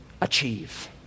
achieve